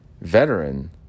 veteran